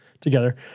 together